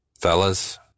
fellas